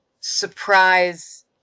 surprise